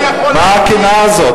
מה הקנאה הזאת?